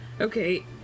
Okay